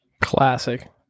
Classic